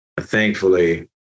thankfully